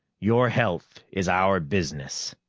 your health is our business!